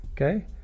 okay